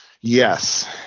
Yes